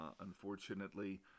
unfortunately